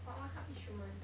wha~ what kind of instrument